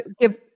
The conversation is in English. give